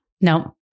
No